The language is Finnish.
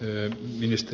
arvoisa puhemies